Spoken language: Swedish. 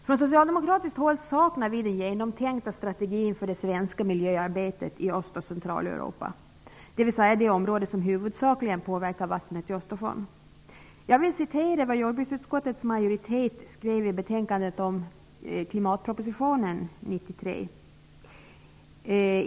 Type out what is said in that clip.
Från socialdemokratiskt håll saknar vi den genomtänkta strategin för det svenska miljöarbetet i Öst och Centraleuropa, d.v.s. det område som huvudsakligen påverkar vattnet i Östersjön. Jag vill citera vad jordbruksutskottets majoritet skrev i betänkandet om klimatpropositionen 1993.